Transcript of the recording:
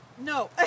No